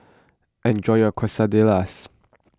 enjoy your Quesadillas